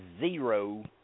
zero